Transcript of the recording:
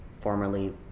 formerly